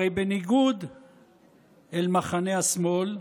הרי בניגוד למחנה השמאל,